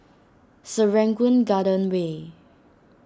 Serangoon Garden Way